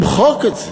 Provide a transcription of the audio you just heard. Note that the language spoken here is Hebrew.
למחוק את זה,